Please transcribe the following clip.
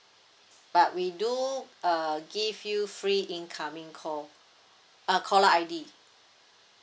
but we do uh give you free incoming call uh caller I_D